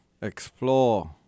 explore